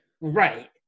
Right